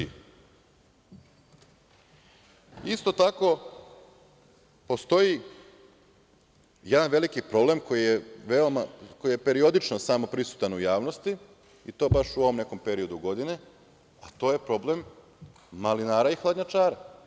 Isto tako postoji jedan veliki problem koji je periodično samo prisutan u javnosti, i to baš u ovom nekom periodu godine, a to je problem malinara i hladnjačara.